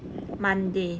monday